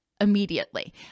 immediately